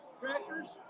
tractors